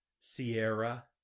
Sierra